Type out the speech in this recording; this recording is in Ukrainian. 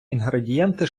інгредієнти